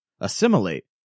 assimilate